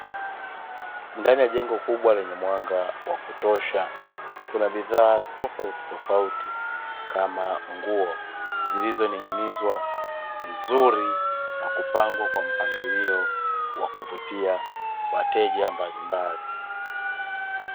Ndani ya jengo kubwa lenye mwanga wa kutosha, kuna bidhaa tofautitofauti, kama nguo zilizoning'inizwa vizuri na kupangwa kwa mpangilio wa kuvutia wateja mbalimbali.